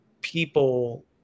people